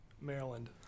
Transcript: Maryland